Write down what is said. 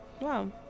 Wow